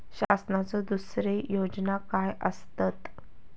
शासनाचो दुसरे योजना काय आसतत?